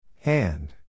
Hand